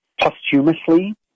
posthumously